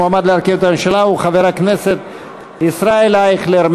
המועמד להרכיב את הממשלה הוא חבר הכנסת ישראל אייכלר.